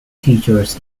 teachers